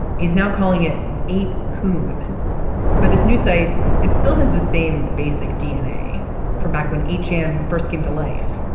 he's now calling it a coon but this new site it still has the same basic dna from back when h and first came to life.